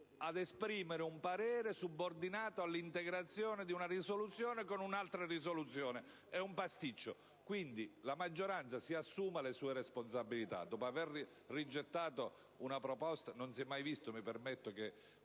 ad esprimere un parere subordinato all'integrazione di una risoluzione con un'altra risoluzione. È un pasticcio! Quindi, la maggioranza si assuma le sue responsabilità. Non si è mai visto - mi permetto di